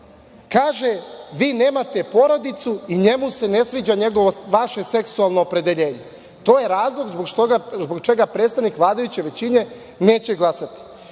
kaže – vi nemate porodicu i njemu se ne sviđa vaše seksualno opredeljenje. To je razlog zbog čega predstavnik vladajuće većine neće glasati.